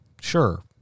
Sure